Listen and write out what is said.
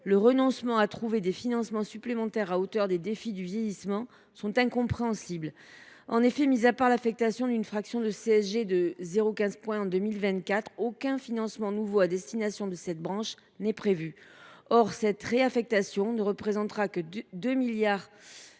le renoncement à trouver des financements supplémentaires à hauteur des défis du vieillissement sont incompréhensibles. En effet, l’affectation d’une fraction de CSG de 0,15 point en 2024 mise à part, aucun financement nouveau à destination de cette branche n’est prévu. Cette réaffectation ne représentera que 2,6 milliards